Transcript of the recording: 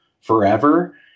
forever